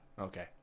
Okay